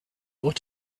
ought